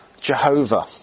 Jehovah